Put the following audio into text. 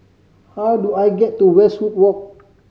how do I get to Westwood Walk